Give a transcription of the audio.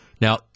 Now